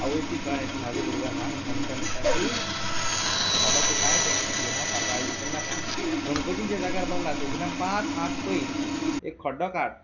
आवयकूय कळ्ळें की म्हाजो भुरगो ल्हान आसा म्हूण ती म्हणटा की बाबा तूं कांय टेन्शन घेयनाका करनाका गणपती ज्या जाग्यार बसला थंयसल्ल्यान पांच हात पयस एक कड्डो काड